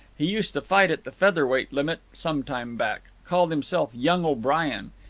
he used to fight at the feather-weight limit some time back. called himself young o'brien.